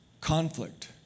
conflict